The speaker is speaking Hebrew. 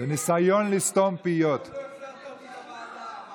מה יהיה עם